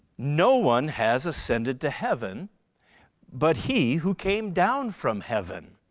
no one has ascended to heaven but he who came down from heaven,